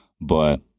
but-